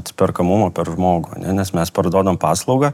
atsiperkamumo per žmogų ane nes mes parduodam paslaugą